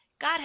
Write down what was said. God